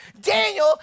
Daniel